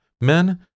Men